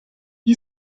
nie